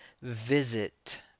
visit